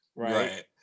Right